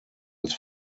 als